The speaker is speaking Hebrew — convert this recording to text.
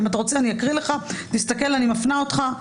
אני מפנה אותך: